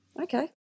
Okay